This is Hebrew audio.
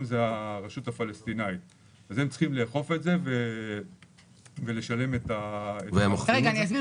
הם צריכים לאכוף את זה ולשלם --- אני רוצה להבין: